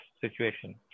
situation